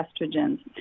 estrogens